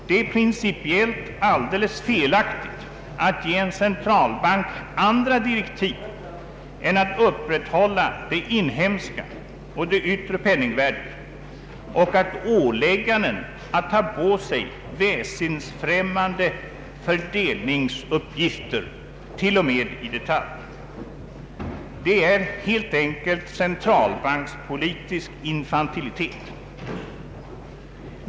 Det är principiellt alldeles felaktigt att ge en centralbank andra direktiv än att upprätthålla det inhemska och det yttre penningvärdet genom att ålägga den att ta på sig väsensfrämmande fördelningsuppgifter, t.o.m. i detalj. Det är helt enkelt centralbankspolitisk infantilitet.